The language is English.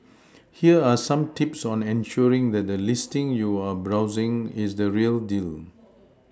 here are some tips on ensuring that the listing you are browsing is the real deal